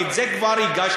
כי את זה כבר הגשתי,